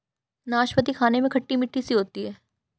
नाशपती खाने में खट्टी मिट्ठी सी होती है